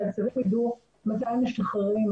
שאסירים יידעו מתי הם משתחררים.